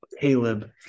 Caleb